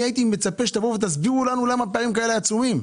כאלה הייתי מצפה שתסבירו לנו למה הפערים כל כך עצומים.